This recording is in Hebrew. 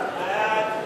רק רציתי,